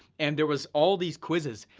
and there was all these quizzes.